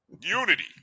unity